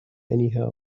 anyhow